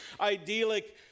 idyllic